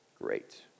great